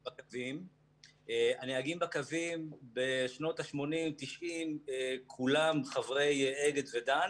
הנהגים בקווים בשנות ה-80'-90', כולם חברי אגד ודן